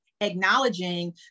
acknowledging